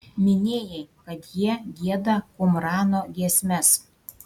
minėjai kad jie gieda kumrano giesmes